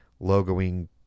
logoing